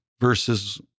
versus